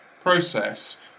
process